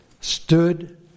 stood